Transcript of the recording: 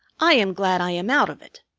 i am glad i am out of it.